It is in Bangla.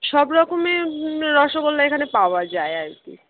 সব রকমের রসগোল্লা এখানে পাওয়া যায় আর কি